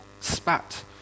spat